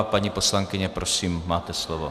Paní poslankyně, prosím, máte slovo.